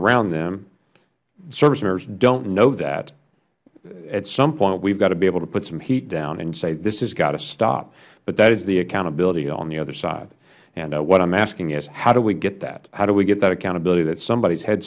around them service members dont know that at some point we have to be able to put some heat down and say this has got to stop but that is the accountability on the other side and what i am asking is how do we get that how do we get that accountability that somebodys head